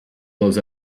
blows